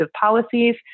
policies